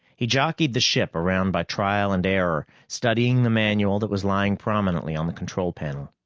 he jockeyed the ship around by trial and error, studying the manual that was lying prominently on the control panel.